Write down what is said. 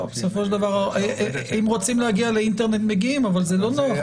אם רוצים להגיע לאינטרנט מגיעים אבל זה לא נוח.